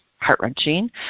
heart-wrenching